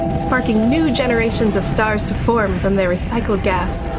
sparking new generations of stars to form from their recycled gas.